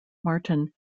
marten